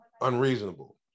unreasonable